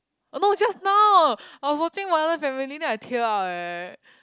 no just now I was watching modern family then I tear up eh